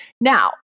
Now